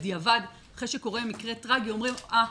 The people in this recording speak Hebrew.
בדיעבד אחרי שקורה מקרה טראגי, אומרים, אה,